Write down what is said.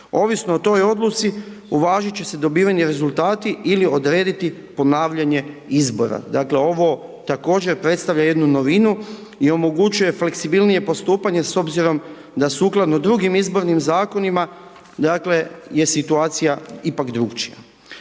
Ovisno o toj odluci, uvažit će se dobiveni rezultati ili odrediti ponavljanje izbora, dakle, ovo također predstavlja jednu novinu i omogućuje fleksibilnije postupanje s obzirom da sukladno drugim izbornim zakonima, dakle, je situacija ipak drukčija.